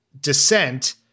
descent